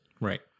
Right